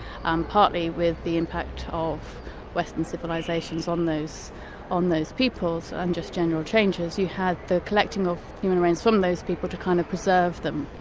um partly with the impact of western civilisations on those on those peoples, and just general changes, you had the collecting of human remains from those people to kind of preserve them.